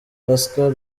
pascal